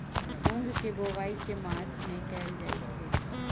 मूँग केँ बोवाई केँ मास मे कैल जाएँ छैय?